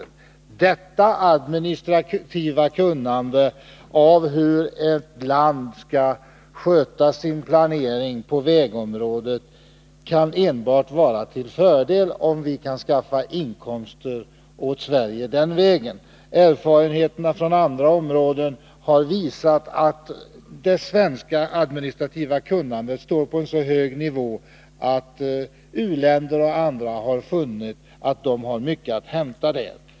Om vi genom detta administrativa kunnande om hur ett land skall sköta sin planering på vägområdet kan skaffa inkomster åt Sverige, kan detta vara enbart till fördel. Erfarenheterna från andra områden har visat att det svenska administrativa kunnandet står på en sådan hög nivå att u-länder och andra har funnit att de har mycket att hämta på det området.